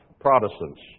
Protestants